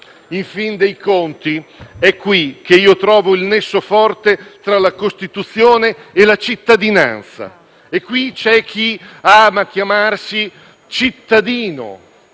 In fin dei conti, è qui che io trovo il nesso forte tra la Costituzione e la cittadinanza. In questa sede c'è chi ama chiamarsi cittadino,